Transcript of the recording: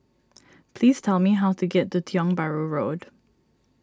please tell me how to get to Tiong Bahru Road